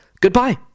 goodbye